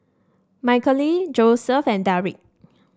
Michaele Joseph and Darrick